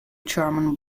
german